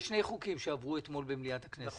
יש שני חוקים שעברו אתמול במליאת הכנסת: